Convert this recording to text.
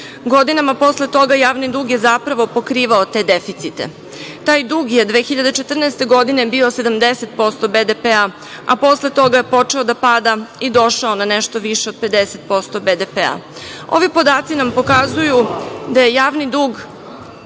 Godinama posle toga javni dug je zapravo pokrivao te deficite. Taj dug je 2014. godine bio 70% PDB, a posle toga je počeo da pada i došao na nešto više od 50% PDB. Ovi podaci nam pokazuju da je javni dug…